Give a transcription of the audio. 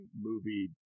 movie